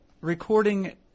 recording